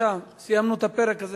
סיימנו את הפרק הזה.